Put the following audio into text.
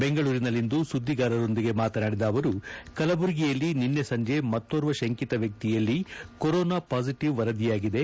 ಬೆಂಗಳೂರಿನಲ್ಲಿಂದು ಸುದ್ದಿಗಾರರೊಂದಿಗೆ ಮಾತನಾದಿದ ಅವರು ಕಲಬುರಗಿಯಲ್ಲಿ ನಿನ್ನೆ ಸಂಜೆ ಮತ್ತೋರ್ವ ಶಂಕಿತ ವ್ಯಕ್ತಿಯಲ್ಲಿ ಕೊರೋನಾ ಪಾಸಿಟಿವ್ ವರದಿಯಾಗಿದೆ